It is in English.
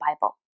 Bible